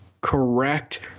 correct